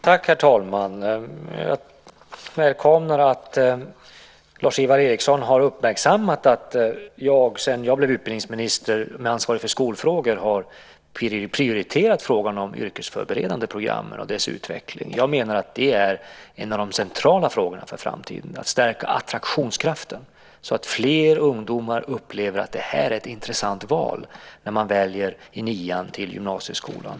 Herr talman! Jag välkomnar att Lars-Ivar Ericson uppmärksammat att jag, sedan jag blev utbildningsminister med ansvar för skolfrågor, prioriterat frågan om de yrkesförberedande programmen och deras utveckling. Jag menar att en av de mest centrala frågorna för framtiden är att öka attraktionskraften så att fler ungdomar upplever att det är ett intressant val när de i nian väljer till gymnasieskolan.